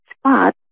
spot